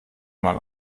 mal